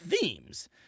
themes